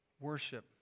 Worship